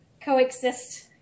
coexist